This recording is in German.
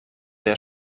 der